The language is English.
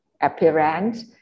appearance